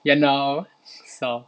you know so